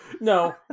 No